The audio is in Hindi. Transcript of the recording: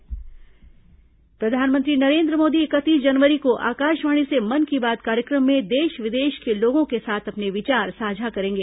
मन की बात प्रधानमंत्री नरेन्द्र मोदी इकतीस जनवरी को आकाशवाणी से मन की बात कार्यक्रम में देश विदेश के लोगों के साथ अपने विचार साझा करेंगे